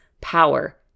power